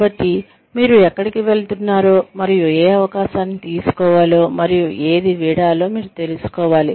కాబట్టి మీరు ఎక్కడికి వెళుతున్నారో మరియు ఏ అవకాశాన్ని తీసుకోవాలో మరియు ఏది వీడాలో మీరు తెలుసుకోవాలి